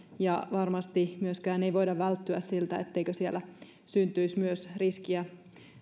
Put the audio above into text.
ja varmasti myöskään ei voida välttyä siltä etteikö siellä syntyisi myös riskiä